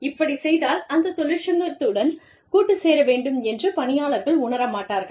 இப்படி செய்வதால் அந்த தொழிற்சங்கத்துடன் கூட்டுச் சேர வேண்டும் என்று பணியாளர்கள் உணர மாட்டார்கள்